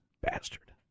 Bastard